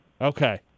Okay